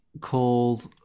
called